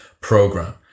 program